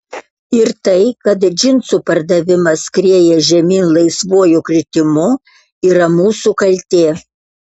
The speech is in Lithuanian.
ir tai kad džinsų pardavimas skrieja žemyn laisvuoju kritimu yra mūsų kaltė